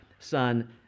Son